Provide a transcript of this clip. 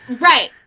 Right